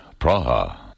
Praha